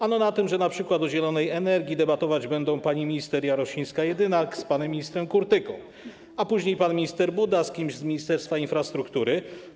Ano na tym, że np. o zielonej energii debatować będą pani minister Jarosińska-Jedynak z panem ministrem Kurtyką, a później pan minister Buda z kimś z Ministerstwa Infrastruktury.